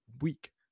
week